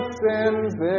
sins